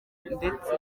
ndetse